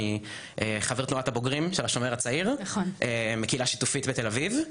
אני חבר תנועת הבוגרים של השומר הצעיר מקהילה שיתופית בתל אביב,